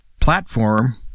platform